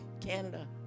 Canada